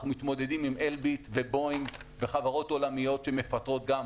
אנחנו מתמודדים עם אלביט ובואינג וחברות עולמיות שמפטרות גם.